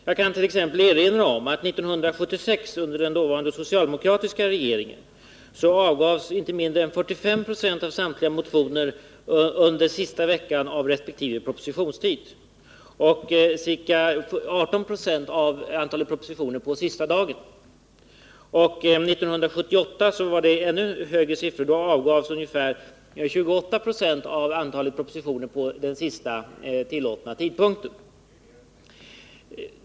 Jag kan t.ex. erinra om att 1976 avgav den dåvarande socialdemokratiska regeringen inte mindre än 45 26 av samtliga propositioner under sista veckan av resp. propositionstid och ca 18 26 av antalet propositioner på sista dagen. 1978 var det ännu högre siffror. Då avgavs ungefär 28 926 av antalet propositioner vid den sista tillåtna tidpunkten.